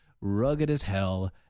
rugged-as-hell